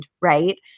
right